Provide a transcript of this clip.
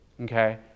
Okay